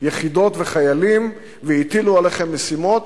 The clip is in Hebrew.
יחידות וחיילים, והטילו עליכם משימות